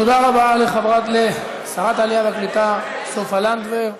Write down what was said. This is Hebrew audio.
תודה רבה לשרת העלייה והקליטה סופה לנדבר.